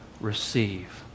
receive